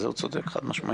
בזה הוא צודק חד-משמעית.